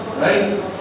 right